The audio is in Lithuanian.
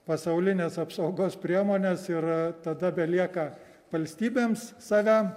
pasaulines apsaugos priemones ir tada belieka valstybėms save